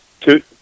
two